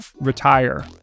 retire